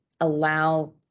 allow